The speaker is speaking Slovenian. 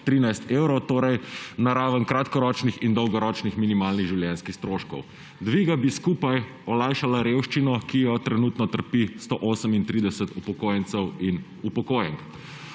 613 evrov, torej na raven kratkoročnih in dolgoročnih minimalnih življenjskih stroškov. Dviga bi skupaj olajšala revščino, ki jo trenutno trpi 138 tisoč upokojencev in upokojenk.